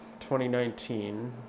2019